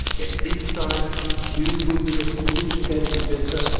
get this signed you will be a sophisticated investor,